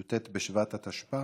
י"ט בשבט התשפ"א,